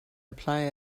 apply